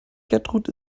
gertrud